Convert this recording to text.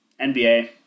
NBA